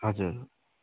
हजुर